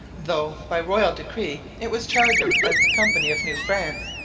though by royal decree it was chartered as the company of new france,